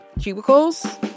cubicles